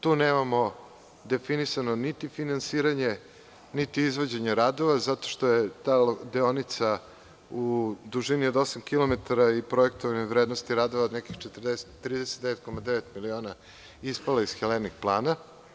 Tu nemamo definisano niti finansiranje, niti izvođenje radova, zato što je ta deonica u dužini od osam kilometara i projektovanim vrednostima radova od nekih 39,9 miliona ispala iz „Helenik plana“